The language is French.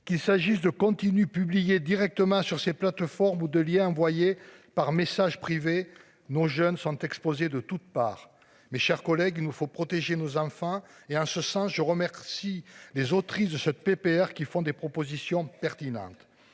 qu'il s'agisse de continue Publié directement sur ces plateformes ou de Liens. Par message privé nos jeunes sont exposés de toute part, mes chers collègues. Il nous faut protéger nos enfants. Et en ce sens. Je remercie les autrice de ce PPR qui font des propositions pertinentes